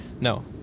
No